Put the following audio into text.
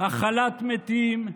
הכלת מתים,